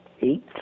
eight